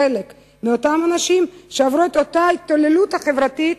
חלק מאותם אנשים שעברו את אותה התעללות חברתית